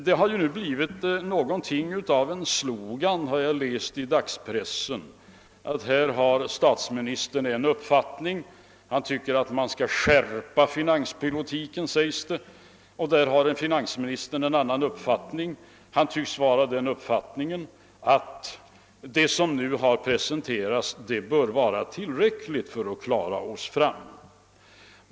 Det har ju blivit något av en slogan, har jag läst i dagspressen, att här har statsministern en uppfattning — han tycker att man skall skärpa finanspolitiken — medan finansministern har en annan uppfattning och synes anse att det som nu har presenterats bör vara tillräckligt för att vi skall kunna klara oss.